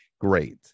Great